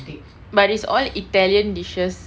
but it's all italian dishes